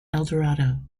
eldorado